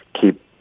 keep